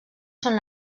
són